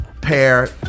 pair